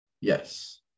yes